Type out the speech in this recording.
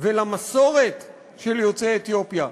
ולמסורת של יוצאי אתיופיה.